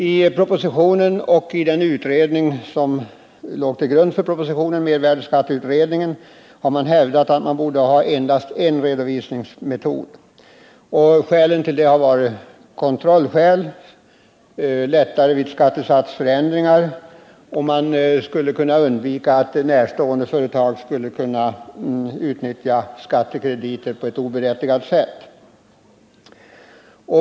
I propositionen och i mervärdeskatteutredningens betänkande, som ligger till grund för propositionen, föreslås att man skall ha endast en redovisningsmetod. Skälen härtill har varit att kontrollmöjligheterna blir större och att det uppkommer lättnader vid skattesatsförändringar. Man skulle härigenom vidare kunna undvika att varandra närstående företag utnyttjar skattekrediter på ett otillbörligt sätt.